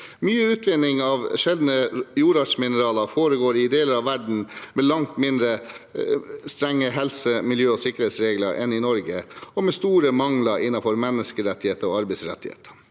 Mye utvinning av sjeldne jordartsmineraler foregår i deler av verden med langt mindre strenge helse-, miljø- og sikkerhetsregler enn i Norge og med store mangler innenfor menneskerettigheter og arbeiderrettigheter.